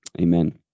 amen